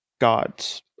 gods